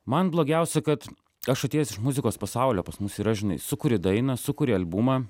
man blogiausia kad aš atėjęs iš muzikos pasaulio pas mus yra žinai sukuri dainą sukuri albumą